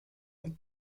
und